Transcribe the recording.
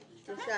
של קבוצת סיעת יש